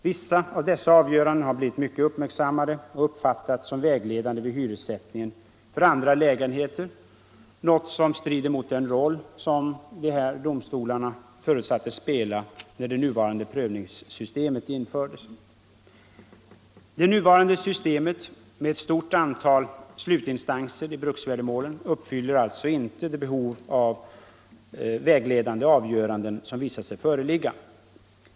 Vissa av dessa avgöranden har blivit mycket uppmärksammade och uppfattats som vägledande vid hyressättningen för andra lägenheter, något som strider mot den roll som dessa domstolar förutsattes spela när det nuvarande prövningssystemet infördes. Det nuvarande systemet med ett stort antal slutinstanser i bruksvärdemålen uppfyller alltså inte det behov av auktoritativa och vägledande avgöranden som visat sig föreligga.